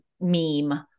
meme